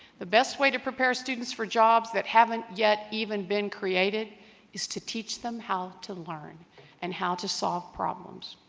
the best way to prepare students for jobs that haven't yet even been created is to teach them how to learn and how to solve problems